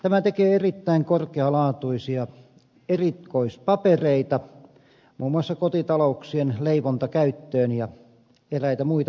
tämä tekee erittäin korkealaatuisia erikoispapereita muun muassa kotitalouksien leivontakäyttöön ja eräitä muita vastaavia